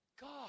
God